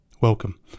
Welcome